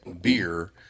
beer